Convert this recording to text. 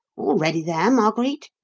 ready there, marguerite?